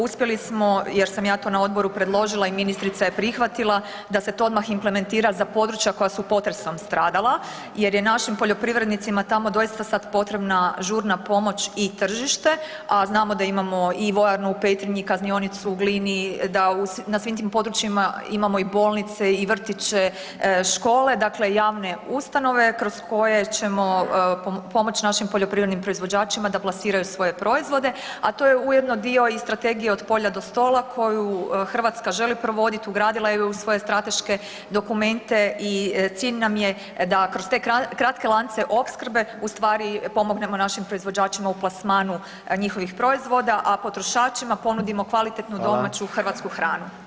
Uspjeli smo jer sam ja to odboru predložila i ministrica je prihvatila da se to odmah implementira za područja koja su potresom stradala jer je našim poljoprivrednicima tamo doista sad potrebna žurna pomoć i tržište a znamo da imamo i vojarnu u Petrinji, kaznionicu u Glini, da na svim tim područjima imamo i bolnice i vrtiće, škole, dakle javne ustanove kroz koje ćemo pomoć našim poljoprivrednim proizvođačima da plasiraju svoje proizvode a to je ujedno dio i strategije „od polja do stola“ koju Hrvatska želi provoditi, ugradila ju je u svoje strateške dokumente i cilj nam je da kroz te kratke lance opskrbe ustvari pomognemo našim proizvođačima u plasmanu njihovih proizvoda a potrošačima ponudimo kvalitetnu domaću hrvatsku hranu.